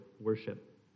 worship